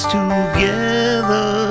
Together